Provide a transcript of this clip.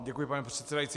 Děkuji, pane předsedající.